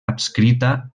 adscrita